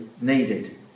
needed